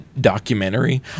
documentary